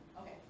Okay